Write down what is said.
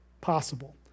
possible